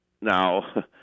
now